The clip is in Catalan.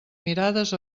mirades